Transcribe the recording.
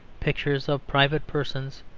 pictures of private persons,